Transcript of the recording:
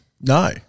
No